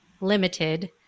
limited